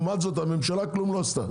לעומת זאת הממשלה כלום לא עשתה.